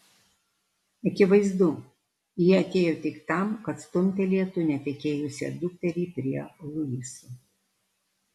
akivaizdu ji atėjo tik tam kad stumtelėtų netekėjusią dukterį prie luiso